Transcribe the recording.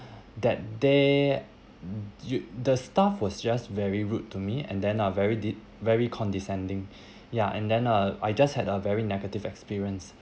that day yo~ the staff was just very rude to me and then uh very did very condescending ya and then uh I just had a very negative experience